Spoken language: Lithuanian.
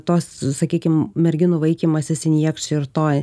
tos sakykim merginų vaikymasis injekcijų ir to